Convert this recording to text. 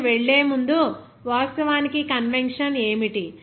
దానికి వెళ్ళే ముందు వాస్తవానికి కన్వెక్షన్ ఏమిటి